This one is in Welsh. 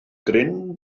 gryn